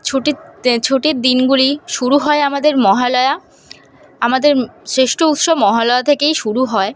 ছুটি ছুটির দিনগুলি শুরু হয় আমাদের মহালয়া আমাদের শ্রেষ্ঠ উৎসব মহালয়া থেকেই শুরু হয়